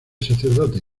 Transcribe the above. sacerdotes